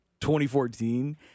2014